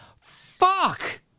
fuck